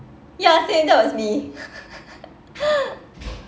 ya same that was me